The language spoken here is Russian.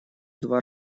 два